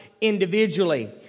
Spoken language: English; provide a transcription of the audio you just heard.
individually